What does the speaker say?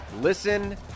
Listen